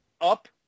up